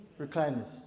recliners